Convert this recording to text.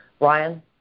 Ryan